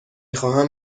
خواهم